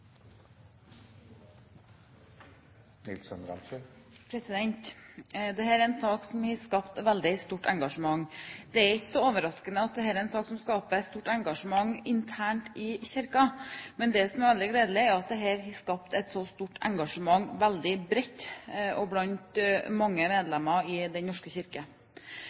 en sak som har skapt veldig stort engasjement. Det er ikke overraskende at dette er en sak som skaper stort engasjement internt i Kirken, men det som er veldig gledelig, er at dette har skapt et så stort engasjement veldig bredt, og blant mange medlemmer i Den norske